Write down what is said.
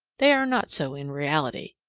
they are not so in reality.